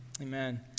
Amen